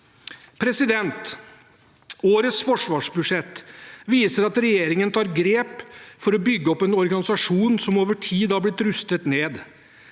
territorium. Årets forsvarsbudsjett viser at regjeringen tar grep for å bygge opp en organisasjon som over tid har blitt rustet ned.